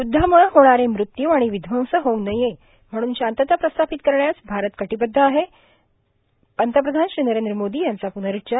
युद्धामुळं होणारे मृत्यू आर्मण विध्वंस होऊ नये म्हणून शांतता प्रस्थापत करण्यास भारत र्काटबद्ध आहे पंतप्रधान श्री नरद्र मोर्दा याचा प्रनरूच्चार